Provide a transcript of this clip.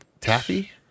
taffy